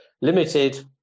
limited